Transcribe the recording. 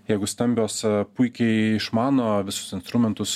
jeigu stambios puikiai išmano visus instrumentus